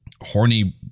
horny